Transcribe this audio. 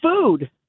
food